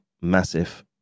massive